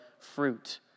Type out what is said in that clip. fruit